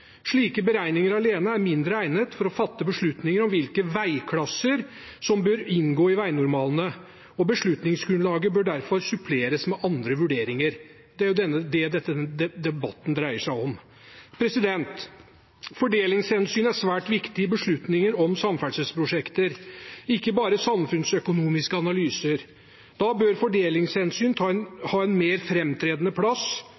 Slike beregninger alene er mindre egnet til å fatte beslutninger om hvilke veiklasser som bør inngå i veinormalene. Beslutningsgrunnlaget bør derfor suppleres med andre vurderinger. Det er det denne debatten dreier seg om. Fordelingshensyn er svært viktig i beslutninger om samferdselsprosjekt, ikke bare samfunnsøkonomiske analyser. Da bør fordelingshensyn ha en mer framtredende plass